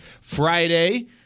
Friday